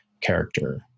character